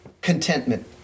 contentment